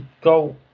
go